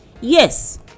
Yes